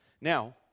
Now